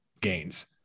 gains